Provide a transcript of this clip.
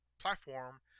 Platform